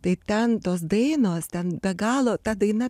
tai ten tos dainos ten be galo ta daina